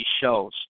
shows